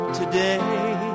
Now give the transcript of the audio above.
today